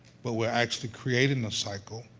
but we're actually creating a cycle.